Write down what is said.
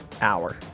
hour